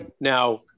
Now